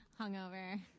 Hungover